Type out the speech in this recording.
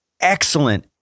excellent